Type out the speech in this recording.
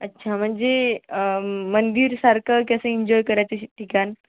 अच्छा म्हणजे मंदिरसारखं की असं एन्जॉय करायचं ठिकाण